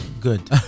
good